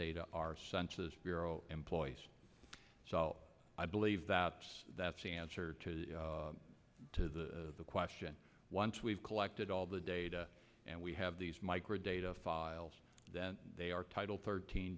data are census bureau employees so i believe that that's the answer to to the question once we've collected all the data and we have these micro data files then they are title thirteen